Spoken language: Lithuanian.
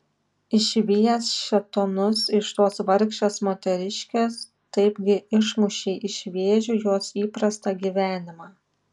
išvijęs šėtonus iš tos vargšės moteriškės taipgi išmušei iš vėžių jos įprastą gyvenimą